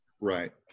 right